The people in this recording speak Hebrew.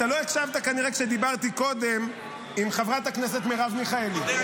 אתה לא הקשבת כנראה כשדיברתי קודם עם חברת הכנסת מרב מיכאלי.